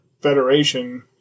federation